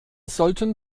sollten